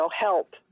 help